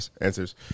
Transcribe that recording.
answers